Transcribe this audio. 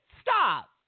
Stop